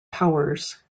powers